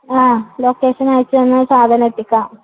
ആ ലൊക്കേഷൻ അയച്ചുതന്നാല് സാധനം എത്തിക്കാം